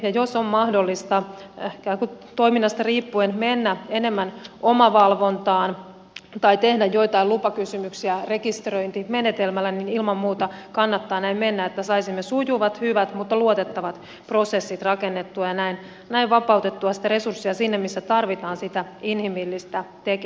ja jos on mahdollista ikään kuin toiminnasta riippuen mennä enemmän omavalvontaan tai tehdä joitain lupakysymyksiä rekisteröintimenetelmällä niin ilman muuta kannattaa näin mennä että saisimme sujuvat hyvät mutta luotettavat prosessit rakennettua ja näin vapautettua sitten resursseja sinne missä tarvitaan sitä inhimillistä tekemistä